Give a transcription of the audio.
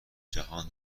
جهان